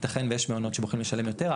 ייתכן ויש מעונות שבוחרים לשלם יותר.